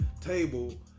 table